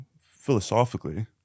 philosophically